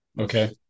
okay